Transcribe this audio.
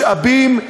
משאבים,